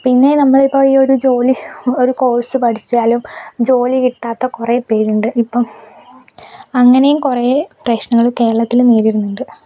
പിന്നെ നമ്മൾ ഇപ്പോൾ ഈ ഒരു ജോലി ഒരു കോഴ്സ് പഠിച്ചാലും ജോലി കിട്ടാത്ത കുറെ പേരുണ്ട് ഇപ്പം അങ്ങനെയും കുറെ പ്രശ്നങ്ങൾ കേരളത്തിൽ നേരിടുന്നുണ്ട്